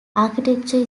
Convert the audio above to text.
architecture